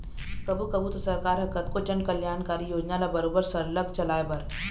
कभू कभू तो सरकार ह कतको जनकल्यानकारी योजना ल बरोबर सरलग चलाए बर